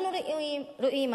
אנחנו רואים,